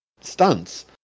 stunts